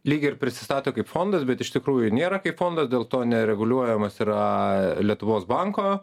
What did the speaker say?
lygi ir prisistato kaip fondas bet iš tikrųjų nėra kaip fondas dėl to nereguliuojamas yra lietuvos banko